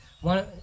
One